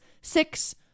six